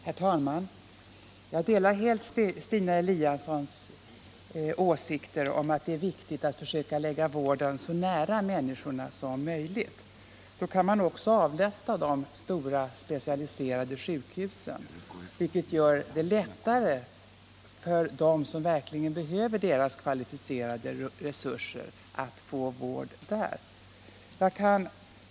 Herr talman! Jag delar Stina Eliassons åsikt att det är viktigt att försöka lägga vården så nära människorna som möjligt. Då kan man också avlasta de stora, specialiserade sjukhusen, vilket gör det lättare för dem som verkligen behöver de sjukhusens kvalificerade resurser att få vård där.